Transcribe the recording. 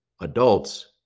adults